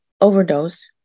overdose